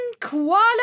Kuala